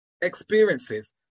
experiences